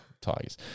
Tigers